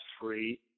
free